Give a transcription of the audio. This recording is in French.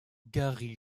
gary